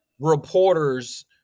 reporters –